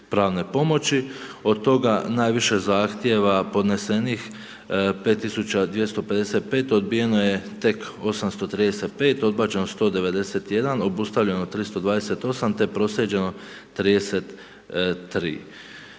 od toga najviše zahtjeva podnesenih 5255, odbijeno je tek 835, odbačeno 191, obustavljeno 328 te proslijeđeno 33.